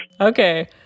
Okay